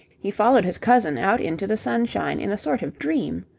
he followed his cousin out into the sunshine in a sort of dream.